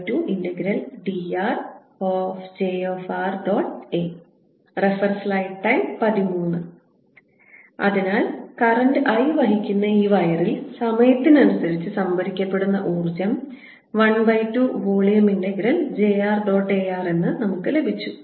A അതിനാൽ current I വഹിക്കുന്ന ഈ വയറിൽ സമയത്തിനനുസരിച്ച് സംഭരിക്കപ്പെടുന്ന ഊജ്ജം 1 by 2 volume integral j r dot A r എന്ന് നമുക്ക് ലഭിച്ചു